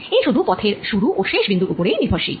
এ শুধু পথের শুরু ও শেষ বিন্দুর ওপর নির্ভরশীল